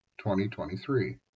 2023